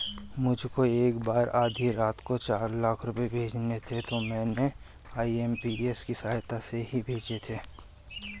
मुझको एक बार आधी रात को चार लाख रुपए भेजने थे तो मैंने आई.एम.पी.एस की सहायता से ही भेजे थे